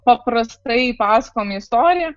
paprastai pasakojama istorija